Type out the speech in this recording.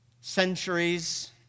centuries